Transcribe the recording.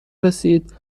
رسید